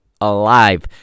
alive